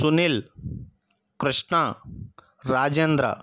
Sunil Krishna Rajendra